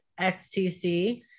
xtc